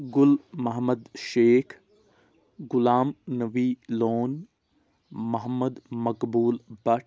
Gul Mohammad Sheikh Ghulam Nabi Lone Mohammad Maqbool Bhat